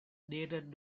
dated